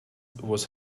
was